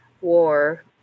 war